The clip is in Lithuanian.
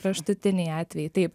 kraštutiniai atvejai taip